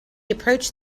approached